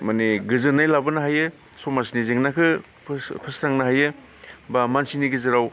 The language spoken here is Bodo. माने गोजोननाय लाबोनो हायो समाजनि जेंनाखौ फोस्रांनो हायो बा मानसिनि गेजेराव